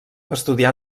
estudià